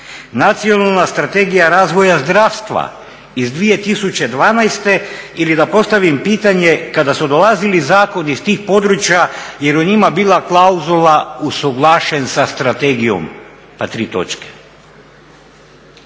nacionalna strategija razvoja zdravstva iz 2012.? Ili da postavim pitanje, kada su dolazili zakoni iz tih područja je u njima bila … usuglašen sa strategijom pa tri točke.